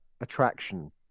attraction